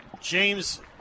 James